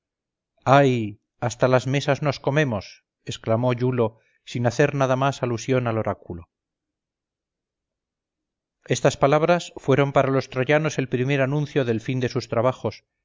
ay hasta las mesas nos comemos exclamó iulo sin hacer nada más alusión al oráculo estas palabras fueron para los troyanos el primer anuncio del fin de sus trabajos